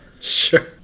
Sure